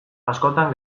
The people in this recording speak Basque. askotan